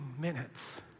minutes